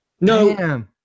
no